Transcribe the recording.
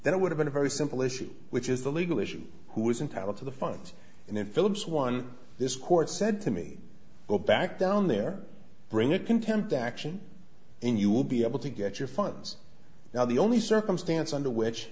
then it would have been a very simple issue which is the legal issue who is entitled to the front and the phillips one this court said to me go back down there bring a contempt action and you will be able to get your funds now the only circumstance under which